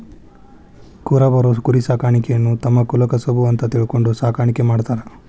ಕುರಬರು ಕುರಿಸಾಕಾಣಿಕೆಯನ್ನ ತಮ್ಮ ಕುಲಕಸಬು ಅಂತ ತಿಳ್ಕೊಂಡು ಸಾಕಾಣಿಕೆ ಮಾಡ್ತಾರ